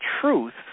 truth